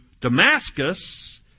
Damascus